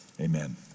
Amen